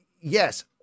yes